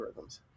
algorithms